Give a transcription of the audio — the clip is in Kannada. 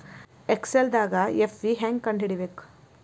ಎಕ್ಸೆಲ್ದಾಗ್ ಎಫ್.ವಿ ಹೆಂಗ್ ಕಂಡ ಹಿಡಿಬೇಕ್